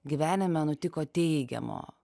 gyvenime nutiko teigiamo